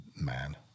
man